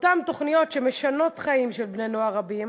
אותן תוכניות שמשנות חיים של בני-נוער רבים